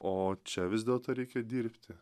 o čia vis dėlto reikia dirbti